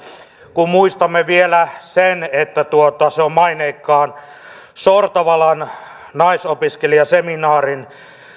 kun muistamme vielä sen että se on maineikkaan sortavalan naisopiskelijaseminaarin